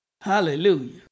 Hallelujah